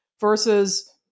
versus